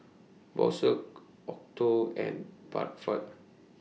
Bosch Acuto and Bradford